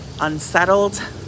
unsettled